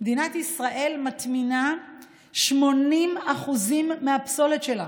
שמדינת ישראל מטמינה 80% מהפסולת שלנו.